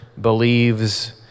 believes